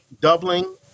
doubling